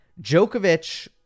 Djokovic